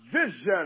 vision